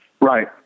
Right